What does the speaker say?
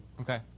Okay